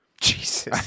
Jesus